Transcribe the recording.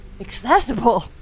Accessible